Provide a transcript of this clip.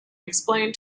explained